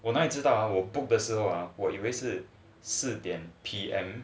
我哪里知道我 book 的时候 ah 我以为是四点 P_M